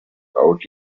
out